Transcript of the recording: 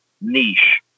niche